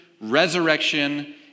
resurrection